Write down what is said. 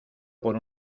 por